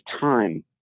time